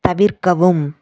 தவிர்க்கவும்